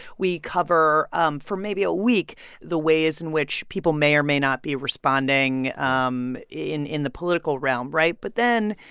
we cover um for maybe a week the ways in which people may or may not be responding um in in the political realm, right? but then,